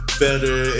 better